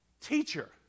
teacher